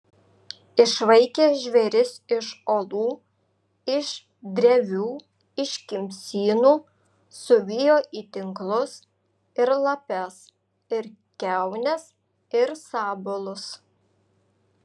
išvaikė žvėris iš olų iš drevių iš kimsynų suvijo į tinklus ir lapes ir kiaunes ir sabalus